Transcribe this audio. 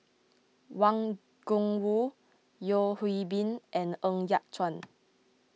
Wang Gungwu Yeo Hwee Bin and Ng Yat Chuan